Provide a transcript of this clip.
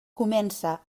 comença